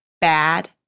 Bad